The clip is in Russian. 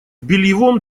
бельевом